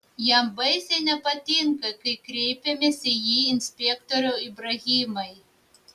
jam baisiai nepatinka kai kreipiamės į jį inspektoriau ibrahimai